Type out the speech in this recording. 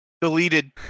Deleted